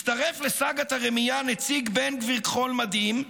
הצטרף לסאגת הרמייה נציג בן גביר כחול מדים,